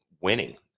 winning